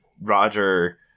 Roger